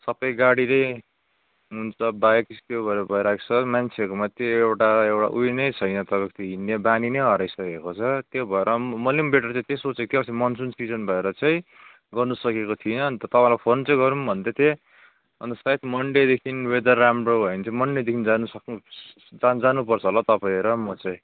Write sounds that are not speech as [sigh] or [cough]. सबै गाडीले अन्त बाइक [unintelligible] भइरहेको छ मान्छेहरूमा त्यो एउटा उयो नै छ यहाँ तपाईँको त्यो हिँड्ने बानी नै हराइसकेको छ त्यो भएर पनि मैले पनि बेटर चाहिँ त्यही सोचेको थिएँ अस्ति मनसुन सिजन भएर चाहिँ गर्नु सकेको थिइनँ तपाईँलाई फोन चाहिँ गरौँ भन्दै थिएँ अन्त सायद मन्डेदेखि वेदर राम्रो भयो भने चाहिँ मन्डेदेखि जानु सक्नु जानुपर्छ होला हौ तपाईँ र म चाहिँ